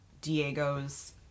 diego's